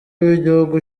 w’igihugu